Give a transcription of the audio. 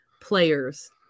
players